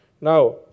Now